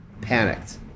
panicked